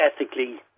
ethically